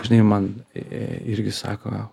žinai man irgi sako